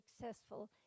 successful